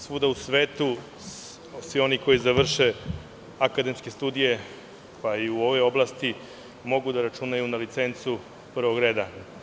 Svuda u svetu svi oni koji završe akademske studije, pa i u ovoj oblasti, mogu da računaju na licencu prvog reda.